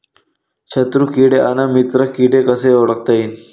शत्रु किडे अन मित्र किडे कसे ओळखता येईन?